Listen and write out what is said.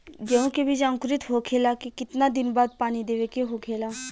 गेहूँ के बिज अंकुरित होखेला के कितना दिन बाद पानी देवे के होखेला?